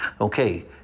Okay